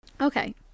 Okay